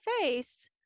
face